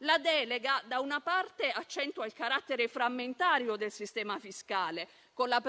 la delega, da una parte, accentua il carattere frammentario del sistema fiscale, con la